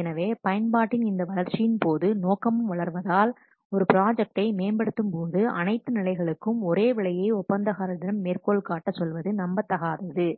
எனவே பயன்பாட்டின் இந்த வளர்ச்சியின் போது நோக்கமும் வளர்வதால் ஒரு ப்ராஜெக்டை மேம்படுத்தும் போது அனைத்து நிலைகளுக்கும் ஒரே விலையை ஒப்பந்தக்காரரிடம் மேற்கோள் காட்ட சொல்வது நம்பத்தகாதது